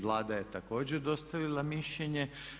Vlada je također dostavila mišljenje.